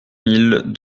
mille